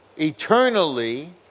eternally